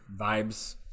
vibes